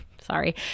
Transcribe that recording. sorry